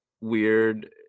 weird